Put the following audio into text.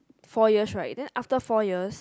four yars right then after four yars